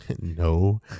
No